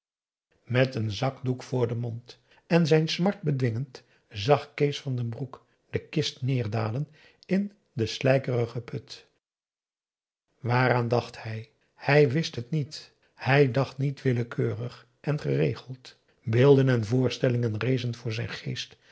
met een zakdoek voor den mond en zijn smart bedwingend zag kees van den broek de kist neerdalen in den slijkerigen put waaraan dacht hij hij wist het niet hij dacht niet willekeurig en geregeld beelden en voorstellingen rezen voor zijn geest